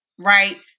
Right